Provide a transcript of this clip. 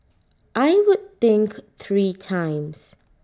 I would think three times